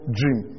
dream